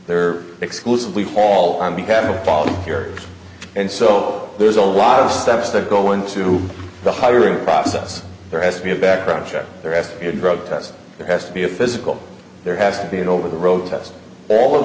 there exclusively all on behalf of all here and so there's a lot of steps that go into the hiring process there has to be a background check they're asked to drug test there has to be a physical there has to be an over the road test all of